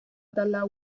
della